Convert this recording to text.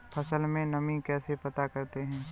फसल में नमी कैसे पता करते हैं?